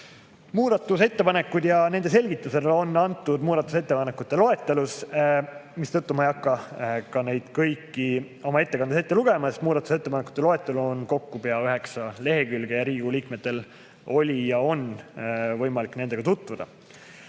Muudatusettepanekud ja nende selgitused on antud muudatusettepanekute loetelus, mistõttu ma ei hakka neid kõiki oma ettekandes ette lugema, sest muudatusettepanekute loetelu on kokku pea üheksa lehekülge ja Riigikogu liikmetel oli ja on võimalik nende